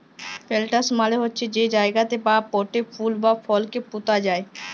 planters মালে হছে যে জায়গাতে বা পটে ফুল বা ফলকে পুঁতা যায়